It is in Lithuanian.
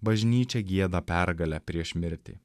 bažnyčia gieda pergalę prieš mirtį